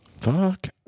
Fuck